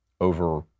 over